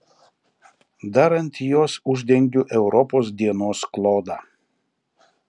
dar ant jos uždengiu europos dienos klodą